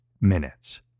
minutes